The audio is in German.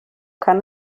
kann